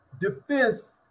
defense